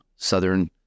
Southern